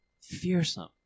fearsome